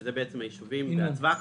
שזה היישובים בטווח